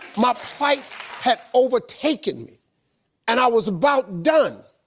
my plight had overtaken me and i was about done,